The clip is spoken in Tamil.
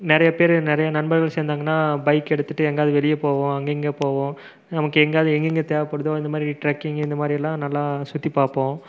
நிறைய பேர் நிறைய நண்பர்கள் சேர்ந்தாங்கன்னா பைக் எடுத்துட்டு எங்காது வெளியே போவோம் அங்கே இங்கே போவோம் நமக்கு எங்காது எங்கேங்க தேவைப்படுதோ அதுமாதிரி ட்ரெக்கிங் இந்தமாதிரி எல்லாம் நல்லா சுற்றி பார்ப்போம்